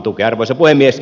arvoisa puhemies